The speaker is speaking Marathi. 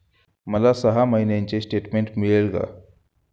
मला सहा महिन्यांचे स्टेटमेंट मिळेल का?